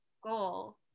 goal